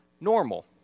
Normal